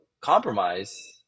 compromise